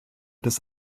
des